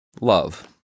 love